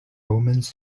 omens